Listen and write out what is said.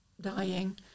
dying